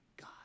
God